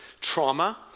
trauma